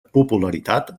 popularitat